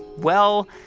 well,